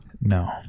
No